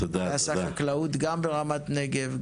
שעשה חקלאות גם ברמת נגב,